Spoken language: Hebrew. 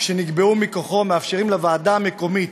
שנקבעו מכוחו מאפשרים לוועדה המקומית,